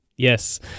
Yes